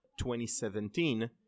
2017